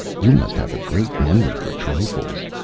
you must have a great memory for trifles.